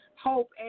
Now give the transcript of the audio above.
hope